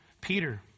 Peter